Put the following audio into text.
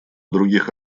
других